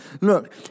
look